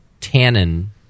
tannin